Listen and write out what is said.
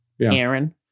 Aaron